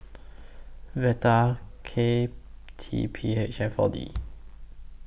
Vital K T P H and four D